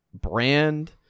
brand